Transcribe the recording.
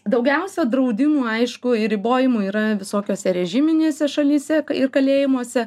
daugiausia draudimų aišku ir ribojimų yra visokiose režiminėse šalyse ir kalėjimuose